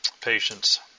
patients